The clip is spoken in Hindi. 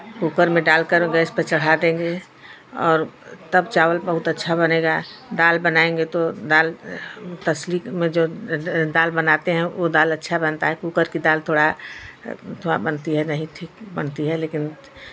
कूकर में डाल कर गैस पर चढ़ा देंगे और तब चावल बहुत अच्छा बनेगा दाल बनाएंगे तो दाल तसली में जो दाल बनाते हैं ओ दाल अच्छा बनता है कूकर की दाल थोड़ा थोड़ा बनती है नहीं ठीक बनती है लेकिन